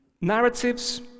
narratives